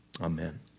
amen